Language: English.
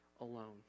alone